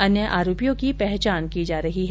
अन्य आरोपियों की पहचान की जा रही है